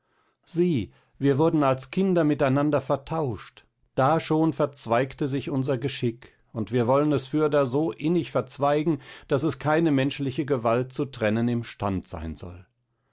sieh wir wurden als kinder miteinander vertauscht da schon verzweigte sich unser geschick und wir wollen es fürder so innig verzweigen daß es keine menschliche gewalt zu trennen imstand sein soll